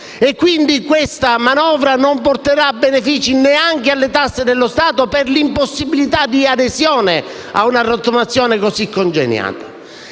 quindi, non porterà benefici neanche alle tasche dello Stato per l'impossibilità di adesione a una rottamazione così congegnata.